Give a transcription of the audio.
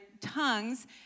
tongues